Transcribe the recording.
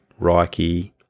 Reiki